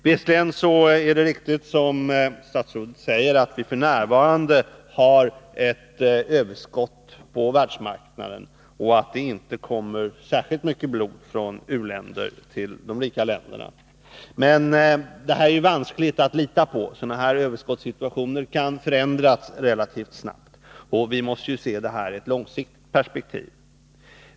Visserligen är det riktigt som statsrådet säger, att det f. n. är ett överskott på världsmarknaden och att det inte kommer särskilt mycket blod från u-länderna till de rika länderna. Men detta är vanskligt att lita på. Sådana här 3 3 Riksdagens protokoll 1982/83:34-37 överskottssituationer kan förändras relativt snabbt, och vi måste ju se frågan i ett långsiktigt perspektiv.